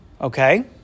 Okay